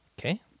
Okay